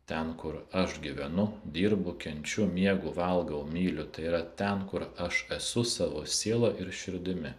ten kur aš gyvenu dirbu kenčiu miegu valgau myliu tai yra ten kur aš esu savo siela ir širdimi